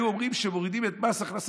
היו אומרים שמורידים את מס הכנסה,